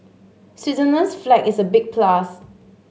Switzerland's flag is a big plus